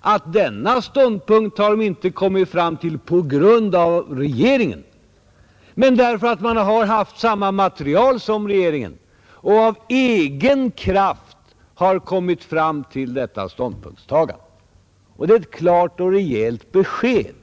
att partiet inte kommit fram till denna ståndpunkt på grund av regeringen utan därför att man haft samma material som regeringen till sitt förfogande. Partiet har kommit fram till detta ståndpunktstagande av egen kraft. Det är ett klart och rejält besked.